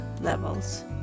levels